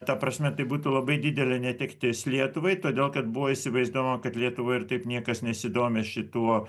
ta prasme tai būtų labai didelė netektis lietuvai todėl kad buvo įsivaizduojama kad lietuvoj ir taip niekas nesidomi šituo